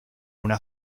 una